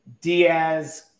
Diaz